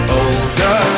older